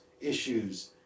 issues